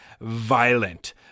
violent